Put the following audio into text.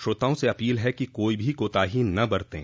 श्रोताओं से अपील है कि कोई भी कोताही न बरतें